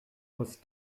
post